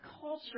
culture